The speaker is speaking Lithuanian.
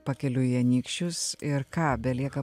pakeliui į anykščius ir ką belieka